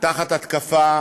תחת התקפה